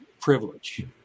privilege